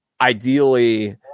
ideally